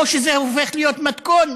או שזה הופך להיות מתכון,